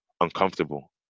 uncomfortable